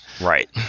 right